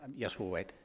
yes, we'll wait.